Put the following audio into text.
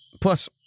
Plus